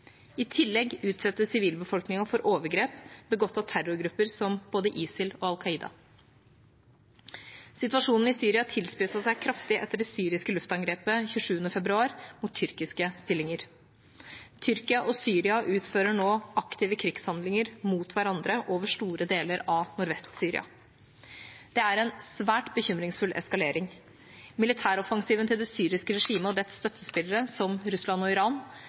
I tillegg utsettes sivilbefolkningen for overgrep begått av terrorgrupper som ISIL og Al Qaida. Situasjonen i Syria tilspisset seg kraftig etter det syriske luftangrepet mot tyrkiske stillinger 27. februar. Tyrkia og Syria utfører nå aktive krigshandlinger mot hverandre over store deler av Nordvest-Syria. Det er en svært bekymringsfull eskalering. Militæroffensiven til det syriske regimet og dets støttespillere, som Russland og